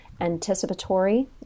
anticipatory